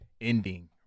ending